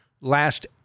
last